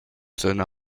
seine